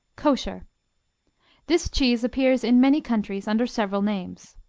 kosher this cheese appears in many countries under several names.